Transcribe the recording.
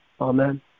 Amen